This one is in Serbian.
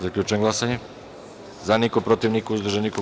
Zaključujem glasanje: za – niko, protiv – niko, uzdržanih – nema.